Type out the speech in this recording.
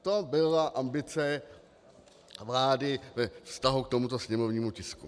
To byla ambice vlády ve vztahu k tomuto sněmovnímu tisku.